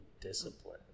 discipline